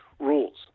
rules